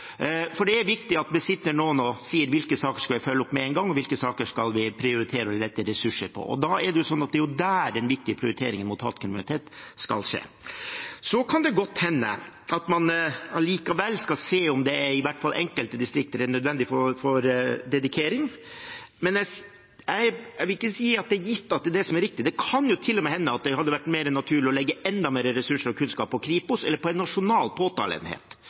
vi skal følge opp med én gang og hvilke saker vi skal prioritere å sette inn ressurser på. Det er jo der den viktige prioriteringen mot hatkriminalitet skal skje. Så kan det godt hende at man likevel skal se på om det i hvert fall i enkelte distrikter er nødvendig med dedikering, men jeg vil ikke si at det er gitt at det er det som er riktig. Det kan til og med hende at det hadde vært mer naturlig å legge enda mer ressurser og kunnskap på Kripos eller på en nasjonal påtaleenhet.